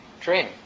dream